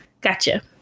gotcha